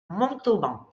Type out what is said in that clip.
montauban